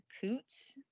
Coots